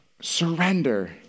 surrender